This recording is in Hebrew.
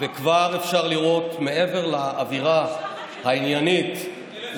תוריד את העיניים למטה,